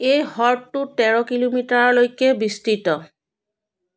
এই হ্ৰদটো তেৰ কিলোমিটাৰলৈকে বিস্তৃত